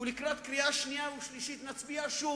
ולקראת קריאה שנייה וקריאה שלישית נצביע שוב,